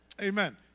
Amen